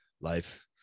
life